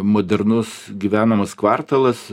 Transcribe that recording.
modernus gyvenamas kvartalas